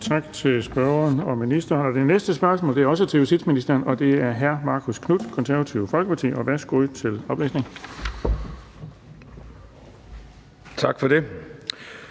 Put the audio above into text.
Tak til spørgeren og ministeren. Det næste spørgsmål er også til justitsministeren, og det er af hr. Marcus Knuth, Det Konservative Folkeparti. Kl. 15:36 Spm. nr.